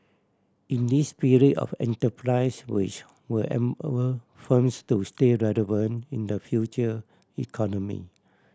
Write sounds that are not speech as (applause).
in this spirit of enterprise which will (unintelligible) firms to stay relevant in the future economy